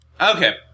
Okay